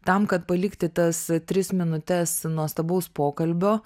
tam kad palikti tas tris minutes nuostabaus pokalbio